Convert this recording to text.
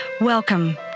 Welcome